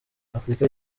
afurika